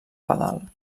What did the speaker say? pedal